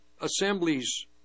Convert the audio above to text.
assemblies